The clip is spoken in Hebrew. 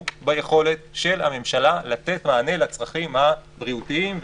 ביכולת של הממשלה לתת מענה לצרכים הבריאותיים,